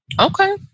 Okay